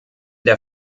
der